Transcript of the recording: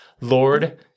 Lord